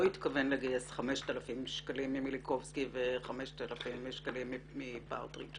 התכוון לגייס 5,000 ממיליקובסקי ו-5,000 שקלים מפרטרידג',